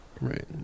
right